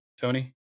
tony